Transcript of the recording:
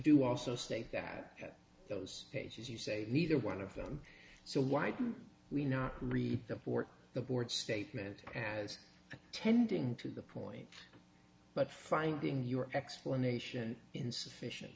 do also state that those cases you say neither one of them so why do we not read the for the board statement as tending to the point but finding your explanation insufficient